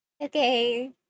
Okay